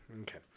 okay